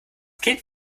kind